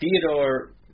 Theodore